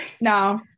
No